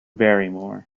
barrymore